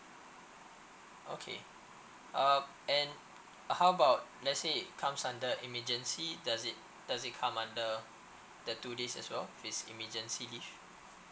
okay uh and how about let's say it comes under emergency does it does it become under the two days as well if it's emergency leave